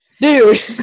Dude